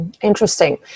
Interesting